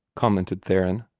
commented theron.